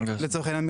לצורך העניין,